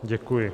Děkuji.